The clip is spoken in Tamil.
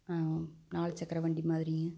நாலு சக்கர வண்டி மாதிரி